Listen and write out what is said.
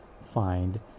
find